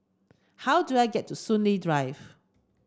how do I get to Soon Lee Drive